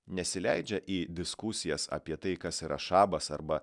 nesileidžia į diskusijas apie tai kas yra šabas arba